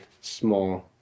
small